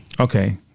Okay